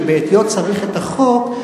ובעטיה צריך את החוק,